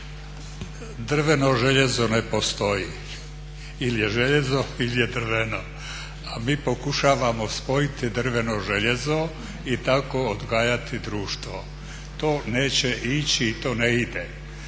Drveno željezo ne postoji ili je željezno ili je drveno, a mi pokušavamo spojiti drveno željezo i tako odgajati društvo. To neće ići i to ne ide.